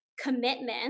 commitment